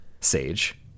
sage